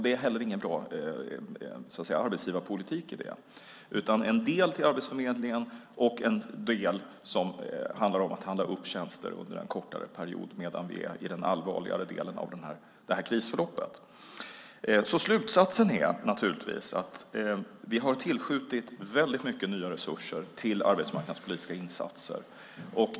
Det är inte någon bra arbetsgivarpolitik. En del går till Arbetsförmedlingen och en del till upphandling av tjänster under en kortare period, alltså medan vi befinner oss i den allvarligare delen av krisförloppet. Slutsatsen är att vi tillskjutit väldigt mycket nya resurser till arbetsmarknadspolitiska insatser.